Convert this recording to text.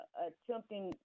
attempting